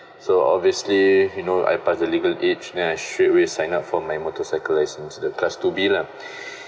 so obviously you know I pass the legal age then I straightaway sign up for my motorcycle license the class two B lah